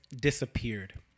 Disappeared